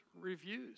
reviews